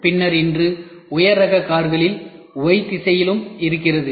பின்னர் இன்று உயர் ரக கார்களில் 'y' திசையிலும் இருக்கிறது